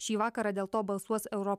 šį vakarą dėl to balsuos euro